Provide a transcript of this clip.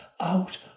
out